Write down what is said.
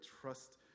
trust